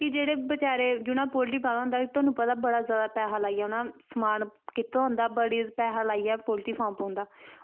कि जेह्ड़े बचैरे जिनें पोल्ट्री पाए दा होंदा थुआनूं पता होंदा बड़ा जैदा पैहा लाइयै उ'नें समान कीते दा होंदा बड़ी पैहा लाइयै पोल्ट्री फार्म पौंदा